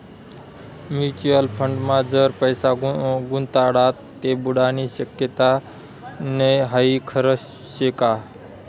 Mutual फंडमा जर पैसा गुताडात ते बुडानी शक्यता नै हाई खरं शेका?